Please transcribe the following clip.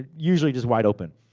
ah usually just wide open.